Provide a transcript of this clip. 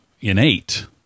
innate